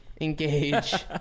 engage